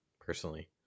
personally